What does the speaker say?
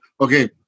Okay